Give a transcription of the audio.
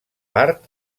part